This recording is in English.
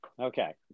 okay